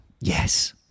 Yes